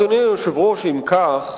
אדוני היושב-ראש: אם כך,